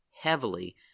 heavily